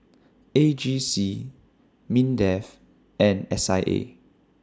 A G C Mindef and S I A